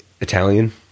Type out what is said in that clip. italian